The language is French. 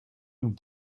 nous